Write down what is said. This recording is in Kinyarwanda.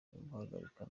guhagarika